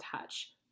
touch